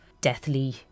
deathly